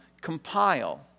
compile